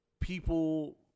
people